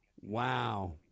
Wow